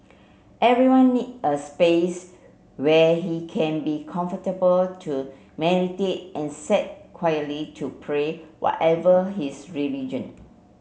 everyone need a space where he can be comfortable to meditate and sat quietly to pray whatever his religion